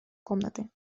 комнаты